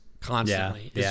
Constantly